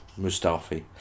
Mustafi